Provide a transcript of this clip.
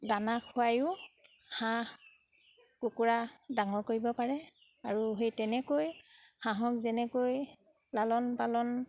দানা খুৱায়ো হাঁহ কুকুৰা ডাঙৰ কৰিব পাৰে আৰু সেই তেনেকৈ হাঁহক যেনেকৈ লালন পালন